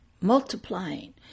multiplying